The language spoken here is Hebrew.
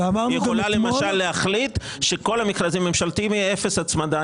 היא יכולה למשל להחליט שכל המכרזים הממשלתיים יהיה אפס הצמדה.